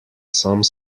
some